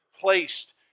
placed